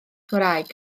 cymraeg